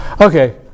Okay